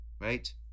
right